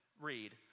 read